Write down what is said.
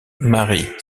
marie